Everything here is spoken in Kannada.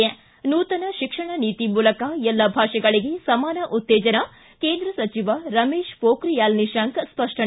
ಿ ನೂತನ ಶಿಕ್ಷಣ ನೀತಿ ಮೂಲಕ ಎಲ್ಲ ಭಾಷೆಗಳಿಗೆ ಸಮಾನ ಉತ್ತೇಜನ ಕೇಂದ್ರ ಸಚಿವ ರಮೇಶ ಪೊಖ್ರಿಯಾಲ್ ನಿಶಾಂಕ ಸ್ಪಷ್ಟನೆ